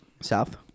South